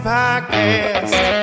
Podcast